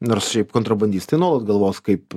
nors šiaip kontrabandistai nuolat galvos kaip